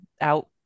out